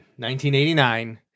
1989